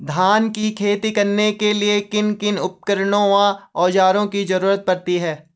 धान की खेती करने के लिए किन किन उपकरणों व औज़ारों की जरूरत पड़ती है?